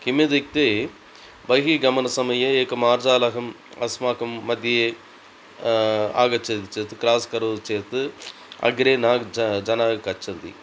किमित्युक्ते बहिः गमनसमये एकमार्जालहम् अस्माकं मध्ये आगच्छति चेत् क्रास् करोति चेत् अग्रे न ज जना गच्छन्ति